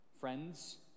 Friends